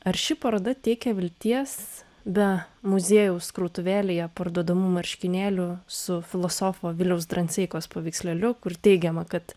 ar ši paroda teikia vilties be muziejaus krautuvėlėje parduodamų marškinėlių su filosofo viliaus dranseikos paveikslėliu kur teigiama kad